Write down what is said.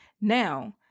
Now